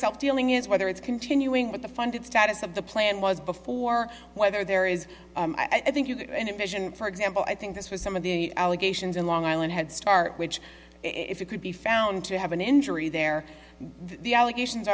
self dealing is whether it's continuing with the funded status of the plan was before whether there is i think you could envision for example i think this was some of the allegations in long island head start which if you could be found to have an injury there the allegations